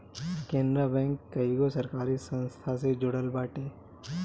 Canara bank कईगो सरकारी संस्था से जुड़ल बाटे